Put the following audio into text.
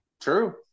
True